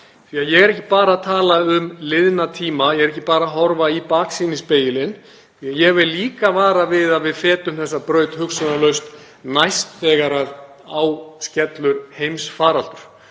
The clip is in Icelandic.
því að ég er ekki bara að tala um liðna tíma, ég er ekki bara að horfa í baksýnisspegilinn, ég vil líka vara við að við fetum þessa braut hugsunarlaust næst þegar á skellur heimsfaraldur.